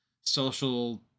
social